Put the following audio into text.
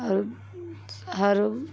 और हर